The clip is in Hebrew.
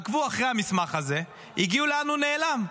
עקבו אחרי המסמך הזה, הגיעו לאן שהוא נעלם.